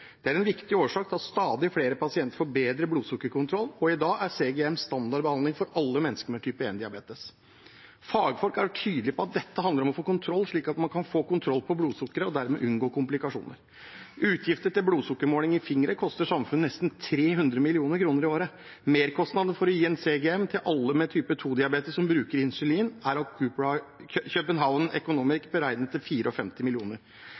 Det er en viktig årsak til at stadig flere pasienter får bedre blodsukkerkontroll, og i dag er CGM standardbehandling for alle mennesker med type 1-diabetes. Fagfolk er tydelig på at dette handler om å få kontroll på blodsukkeret og dermed unngå komplikasjoner. Utgifter til blodsukkermåling i fingre koster samfunnet nesten 300 mill. kr i året. Merkostnadene for å gi en CGM til alle med type 2-diabetes som bruker insulin, er uklar. København